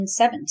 17